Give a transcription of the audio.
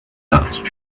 last